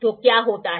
तो क्या होता है